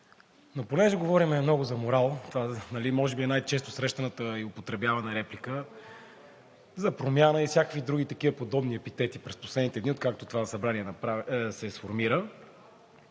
но понеже говорим много за морал – това може би е най-често срещаната и употребявана реплика за промяна и всякакви други такива подобни епитети през последните дни, откакто това Събрание се сформира,